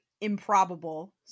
improbable